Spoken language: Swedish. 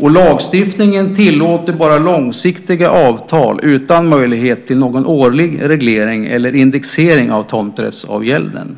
och lagstiftningen tillåter bara långsiktiga avtal utan möjlighet till någon årlig reglering eller indexering av tomträttsavgälden.